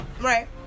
Right